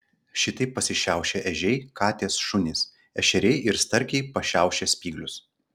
šitaip pasišiaušia ežiai katės šunys ešeriai ir starkiai pašiaušia spyglius